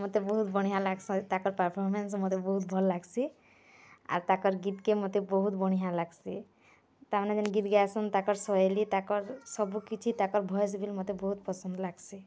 ମୋତେ ବହୁତ୍ ବଢ଼ିଆଁ ଲାଗ୍ସି ତାକର୍ ପର୍ଫର୍ମାନ୍ସ ମୋତେ ବହୁତ୍ ଭଲ୍ ଲାଗ୍ସି ଆର୍ ତାଙ୍କର୍ ଗୀତ୍କେ ମୋତେ ବହୁତ୍ ବଢ଼ିଆଁ ଲାଗ୍ସି ତାମାନେ ଯେନ୍ ଗୀତ୍ ଗାଇସନ୍ ତାକର୍ ଶୈଲୀ ତାକର୍ ସବୁକିଛି ତାକର୍ ଭଏସ୍ ବିଲ୍ ମୋତେ ବହୁତ୍ ପସନ୍ଦ୍ ଲାଗ୍ସି